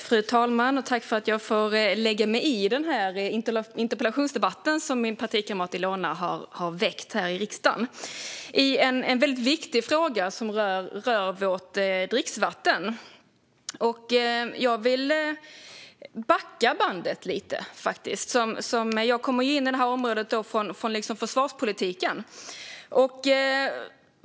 Fru talman! Tack för att jag får lägga mig i denna interpellationsdebatt, som min partikamrat Ilona har initierat här i riksdagen! Det är en viktig fråga som rör vårt dricksvatten. Jag vill backa bandet lite. Jag kommer in på detta område från försvarspolitiken.